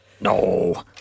No